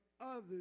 others